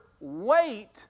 wait